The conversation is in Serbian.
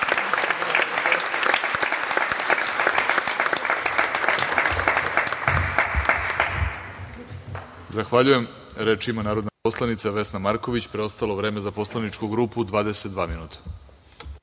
Zahvaljujem. Reč ima narodna poslanica Vesna Marković. Preostalo vreme za poslaničku grupu je 22 minuta.